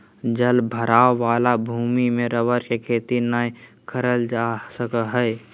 जल भराव वाला भूमि में रबर के खेती नय करल जा सका हइ